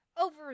Over